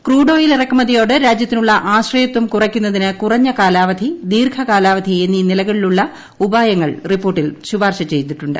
crude oil ഇറക്കുമതിയോട് രാജ്യത്തിനുള്ള ആശ്രയത്വം കുറയ്ക്കുന്നതിന് കുറഞ്ഞ കാലാവധി ദീർഘകാലാവധി എന്നീ നിലകളിലുളള ഉപായങ്ങൾ റിപ്പോർട്ടിൽ ശുപാർശ ചെയ്തിട്ടുണ്ട്